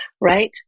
right